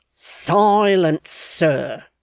silence, sir